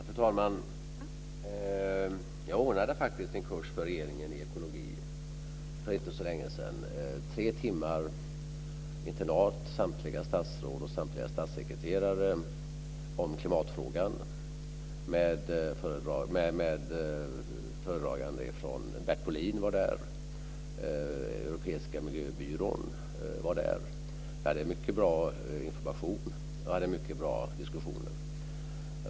Fru talman! För inte så länge sedan ordnade jag faktiskt en kurs i ekologi för regeringen. Det var tre internattimmar kring klimatfrågan med samtliga statsråd och samtliga statssekreterare och även föredragande. Bert Bohlin var där. Också den europeiska miljöbyrån var representerad där. Vi hade en mycket bra information och mycket bra diskussioner.